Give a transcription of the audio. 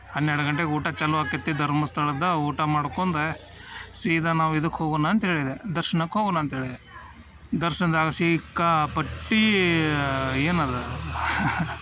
ಹನ್ನೆರಡು ಗಂಟೆಗೆ ಊಟ ಚಾಲೂ ಆಕೈತಿ ಧರ್ಮಸ್ಥಳದ್ದು ಊಟ ಮಾಡ್ಕೊಂಡ ಸೀದಾ ನಾವು ಇದಕ್ಕೆ ಹೋಗೋಣ ಅಂತ್ಹೇಳಿದೆ ದರ್ಶ್ನಕ್ಕೆ ಹೋಗೋಣ ಅಂತ್ಹೇಳಿದೆ ದರ್ಶನದಾಗ ಸಿಕ್ಕಾಪಟ್ಟೆ ಏನದ